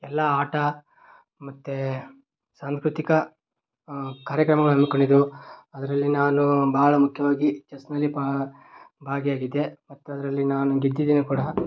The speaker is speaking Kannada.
ಎಲ್ಲ ಆಟ ಮತ್ತೆ ಸಾಂಸ್ಕೃತಿಕ ಕಾರ್ಯಕ್ರಮಗಳು ಹಮ್ಮಿಕೊಂಡಿದ್ದೆವು ಅದರಲ್ಲಿ ನಾನು ಬಹಳ ಮುಖ್ಯವಾಗಿ ಚೆಸ್ನಲ್ಲಿ ಪಾ ಭಾಗಿಯಾಗಿದ್ದೆ ಮತ್ತೆ ಅದರಲ್ಲಿ ನಾನು ಗೆದ್ದಿದ್ದೇನೆ ಕೂಡ